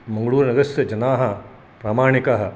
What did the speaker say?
मङ्ग्लूरुनगरस्य जनाः प्रामाणिकाः